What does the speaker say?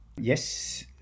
yes